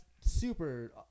super